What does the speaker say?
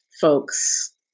folks